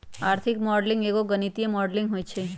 आर्थिक मॉडलिंग एगो गणितीक मॉडलिंग होइ छइ